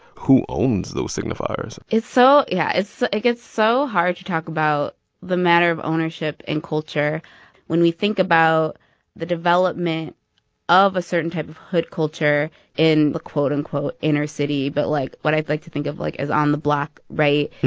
who owns those signifiers? it's so yeah. it gets so hard to talk about the matter of ownership in culture when we think about the development of a certain type of hood culture in the, quote, unquote, inner city. but, like, what i'd like to think of, like, as on the block, right?